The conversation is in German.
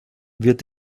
wird